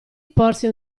porse